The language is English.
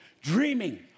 dreaming